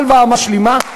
הלוואה משלימה,